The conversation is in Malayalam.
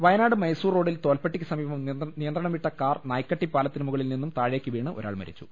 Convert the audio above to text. വയനാട് മൈസൂർ റോഡിൽ തോൽപ്പെട്ടിക്ക് സമീപം നിയന്ത്രണം വിട്ട കാർ നായ്ക്കട്ടി പാലത്തിന് മുകളിൽ നിന്നും താഴേക്ക് വീണ് ഒരാൾ മരിച്ചു